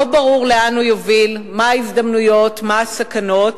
לא ברור לאן הוא יוביל, מה ההזדמנויות, מה הסכנות,